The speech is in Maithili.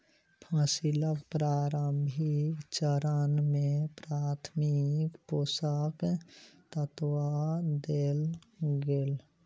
फसीलक प्रारंभिक चरण में प्राथमिक पोषक तत्व देल गेल